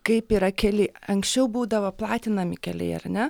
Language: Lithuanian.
kaip yra keli anksčiau būdavo platinami keliai ar ne